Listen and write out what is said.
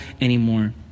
anymore